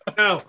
no